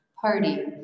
party